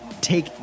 take